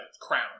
crown